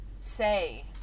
say